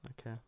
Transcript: okay